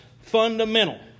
fundamental